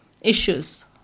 issues